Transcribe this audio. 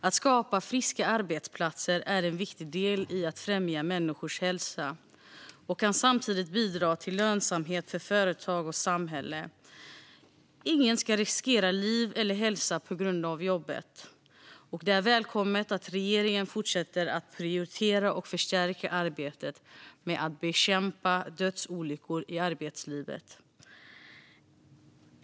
Att skapa friska arbetsplatser är en viktig del i att främja människors hälsa och kan samtidigt bidra till lönsamhet för företag och samhälle. Ingen ska riskera liv eller hälsa på grund av jobbet, och det är välkommet att regeringen fortsätter att prioritera och förstärka arbetet med att bekämpa dödsolyckor i arbetslivet.